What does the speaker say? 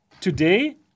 today